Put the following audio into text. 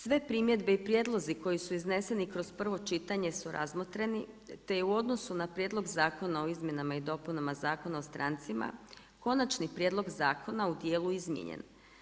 Sve primjedbe i prijedlozi koji su izneseni kroz čitanje su razmotreni, te je u odnosu na Prijedlog Zakona o izmjenama i dopunama Zakona o strancima, konačni prijedlog zakona u dijelu izmijenjen.